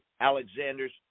Alexander's